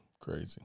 Crazy